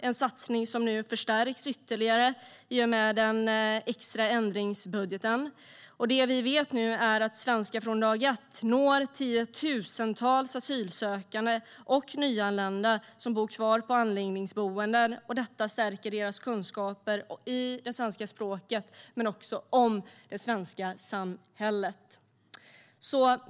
Denna satsning förstärks nu ytterligare i och med den extra ändringsbudgeten. Det vi vet nu är att Svenska från dag ett når tiotusentals asylsökande och nyanlända som bor kvar på anläggningsboende. Detta stärker deras kunskaper i det svenska språket och också om det svenska samhället.